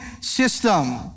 system